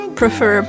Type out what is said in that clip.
prefer